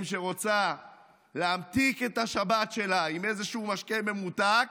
שרוצה להמתיק את השבת שלה עם איזה משקה ממותק